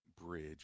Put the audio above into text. bridge